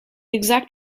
exact